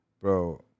Bro